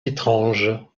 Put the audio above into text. étranges